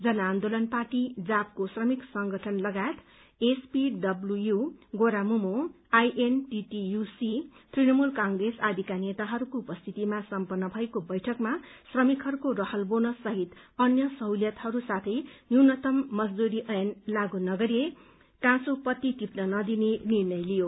जन आन्दोलन पार्टी जाप को श्रमिक संगठन लगायत एचपीडब्ल्यूयू गोरामुगो आईएनटीटीयूसी तृणमूल कंग्रेस आदिका नेताहरूको उपस्थितिमा सम्पन्न भएको बैठकमा श्रमिकहरूको रहल बोनस सहित अन्य सहुलियतहरू साथै न्यूनतम मजदूरी ऐन लागू नगरिए काँचो पत्ती टिप्न नदिने निर्णय लिइयो